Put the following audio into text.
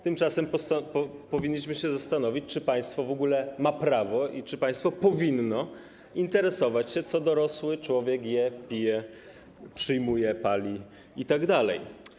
Tymczasem powinniśmy się zastanowić, czy państwo w ogóle ma prawo i czy państwo powinno interesować się tym, co dorosły człowiek je, pije, przyjmuje, pali itd.